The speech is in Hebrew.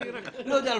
עפר,